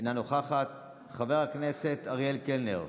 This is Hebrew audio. אינה נוכחת, חבר הכנסת אריאל קלנר,